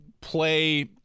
play